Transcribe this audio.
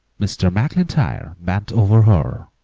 mr. maclntyre bent over her,